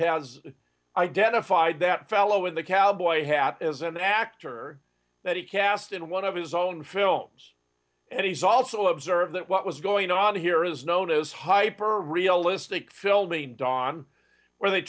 has identified that fellow in the cowboy hat as an actor that he cast in one of his own films and he's also observed that what was going on here is known as hyper realistic filming dawn where they